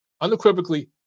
unequivocally